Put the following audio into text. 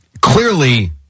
clearly